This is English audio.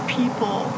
people